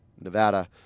Nevada